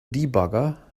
debugger